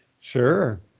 Sure